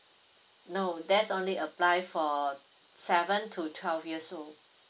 no that's only apply for seven to twelve years old